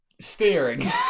Steering